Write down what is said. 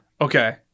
okay